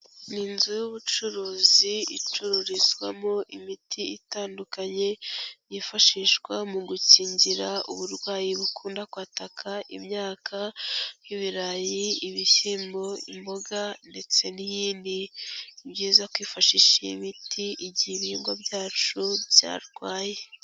Ni inzu y'ubucuruzi icururizwamo imiti itandukanye, yifashishwa mu gukingira uburwayi bukunda kwataka imyaka y'ibirayi, ibishyimbo, imboga ndetse n'iyindi. Ni byiza kwifashisha iyi miti, igihe ibihingwa byacu byarwaye.